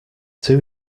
two